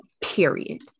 period